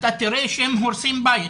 אתה תראה שהם הורסים בית,